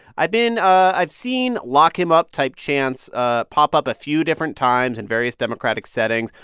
i've been i've seen lock him up-type chants ah pop up a few different times in various democratic settings.